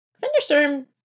Thunderstorm